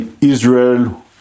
Israel